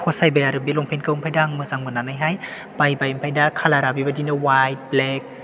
फसायबाय आरो बे लंफेनखौ ओमफ्राय दा आं मोजां मोननानैहाय बायबाय ओमफ्राय दा खालारा बेबायदिनो हवाइत ब्लेक